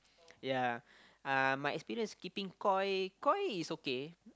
ya uh my experience keeping koi koi is okay